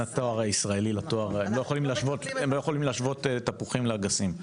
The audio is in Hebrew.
הם לא יכולים להשוות תפוחים לאגסים.